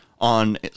on